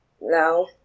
No